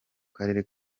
karere